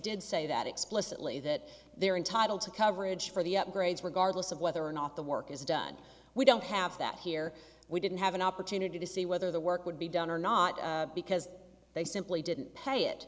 did say that explicitly that they're entitled to coverage for the upgrades regardless of whether or not the work is done we don't have that here we didn't have an opportunity to see whether the work would be done or not because they simply didn't pay it